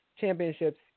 championships